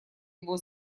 его